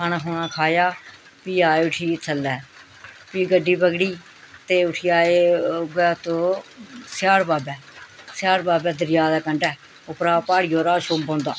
खाना खुना खाया फ्ही आए उठी थल्लै फ्ही गड्डी पगड़ी ते उठी आए उ'यै तुस स्याड़बाबा सेआड़ बाबे दरेआ दे कंडै उप्परा प्हाड़िया शा पौंदा